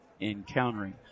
encountering